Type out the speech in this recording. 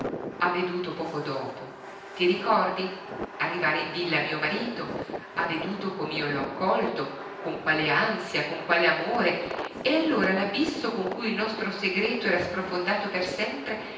ha veduto poco dopo ti ricordi arrivare in villa mio marito ha veduto com'io l'ho accolto con quale ansia con quale amore e allora l'abisso in cui il nostro segreto era sprofondato per sempre